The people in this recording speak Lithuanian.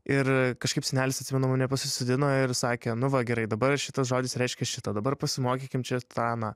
ir kažkaip senelis atsimenu mane pasisodino ir sakė nu va gerai dabar šitas žodis reiškia šitą dabar pasimokykim čia tą aną